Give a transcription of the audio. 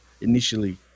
initially